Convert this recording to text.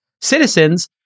citizens